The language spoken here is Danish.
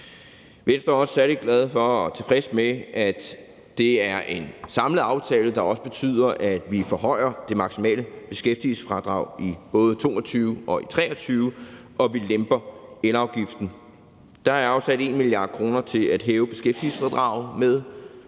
Venstre er også særlig glade for og tilfredse med, at det er en samlet aftale, der også betyder, at vi forhøjer det maksimale beskæftigelsesfradrag i både 2022 og i 2023, og at vi lemper elafgiften. Der er afsat 1 mia. kr. til at hæve beskæftigelsesfradraget med,